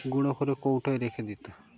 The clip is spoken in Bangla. গুঁড়ো করে কৌটোয় রেখে দিত